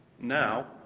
Now